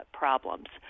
problems